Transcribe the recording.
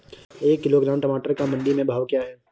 एक किलोग्राम टमाटर का मंडी में भाव क्या है?